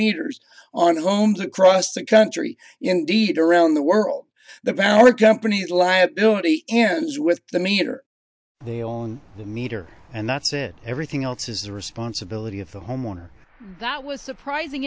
meters on loans across the country indeed around the world the power companies liability and he's with the meter they own the meter and that's it everything else is the responsibility of the homeowner that was surprising